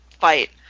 fight